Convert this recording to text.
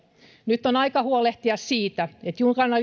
nyt on aika huolehtia siitä että